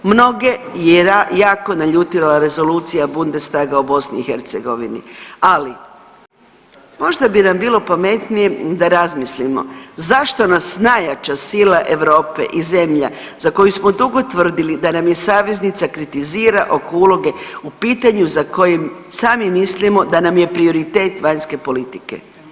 Mnoge je jako naljutila rezolucija Bundestaga o BiH, ali možda bi nam bilo pametnije da razmislimo zašto nas najjača sila Europe i zemlja za koju smo dugo tvrdili da nam je saveznica, kritizira oko uloge u pitanju za kojim sami mislimo da nam je prioritet vanjske politike.